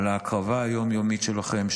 על ההקרבה היום-יומית שלכם,